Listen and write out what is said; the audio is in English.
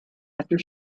after